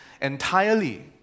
entirely